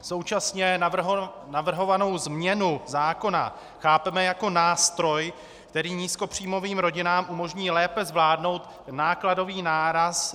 Současně navrhovanou změnu zákona chápeme jako nástroj, který nízkopříjmovým rodinám umožní lépe zvládnout nákladový náraz.